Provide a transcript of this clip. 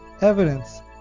Evidence